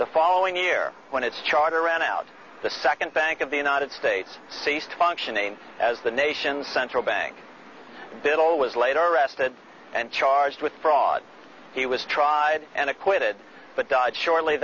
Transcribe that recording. the following year when its charter ran out the second bank of the united states ceased functioning as the nation's central bank biddle was later arrested and charged with fraud he was tried and acquitted but died shortly